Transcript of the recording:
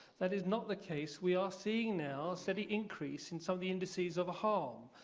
that is not the case. we are seeing now a steady increase in some of the indices of harm.